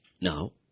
Now